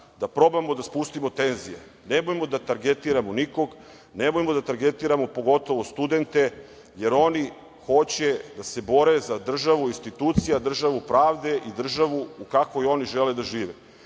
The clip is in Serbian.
da probamo da spustimo tenzije. Nemojmo da targetiramo nikog, nemojmo da targetiramo pogotovo studente, jer oni hoće da se bore za državu, institucije, državu pravde i državu u kakvoj oni žele da žive.